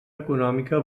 econòmica